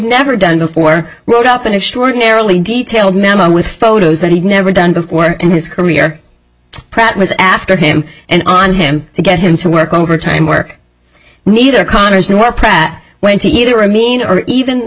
never done before wrote up an extraordinarily detailed memo with photos that he never done before in his career pratt was after him and on him to get him to work overtime work neither connors nor pratt went to either i mean or even